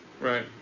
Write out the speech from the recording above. Right